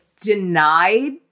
denied